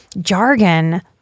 jargon